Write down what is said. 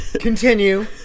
continue